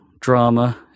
drama